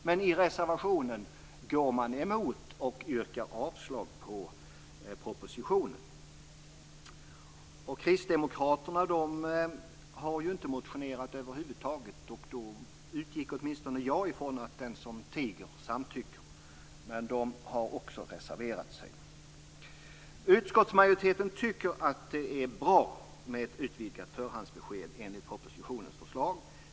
Men i reservationen går man emot och yrkar avslag på propositionen. Kristdemokraterna har inte motionerat över huvud taget. Då utgick åtminstone jag från att den som tiger samtycker. Men de har också reserverat sig. Utskottsmajoriteten tycker att det är bra med ett utvidgat förhandsbesked enligt propositionens förslag.